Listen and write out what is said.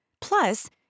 Plus